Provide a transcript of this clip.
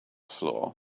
floor